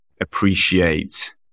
appreciate